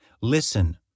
Listen